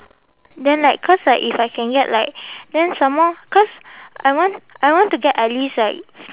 then like cause like if I can get like then some more cause I want I want to get at least like